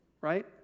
right